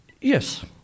Yes